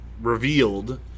revealed